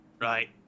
right